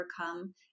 overcome